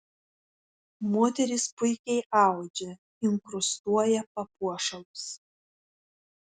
moterys puikiai audžia inkrustuoja papuošalus